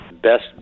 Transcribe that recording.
best